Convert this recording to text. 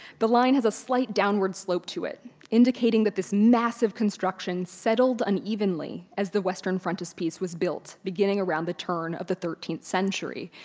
the line has a slight downward slope to it indicating that this massive construction settled unevenly as the western frontispiece was built beginning around the turn of the thirteenth century.